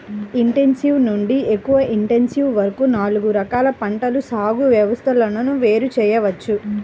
intensive నుండి ఎక్కువ intensive వరకు నాలుగు రకాల పంటల సాగు వ్యవస్థలను వేరు చేయవచ్చు